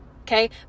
okay